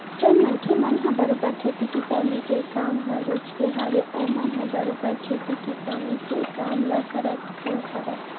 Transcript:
जउन मनखे मन ल बरोबर खेती किसानी के काम ह रुचगे हवय ओमन ह बरोबर खेती किसानी के काम ल करत घलो हवय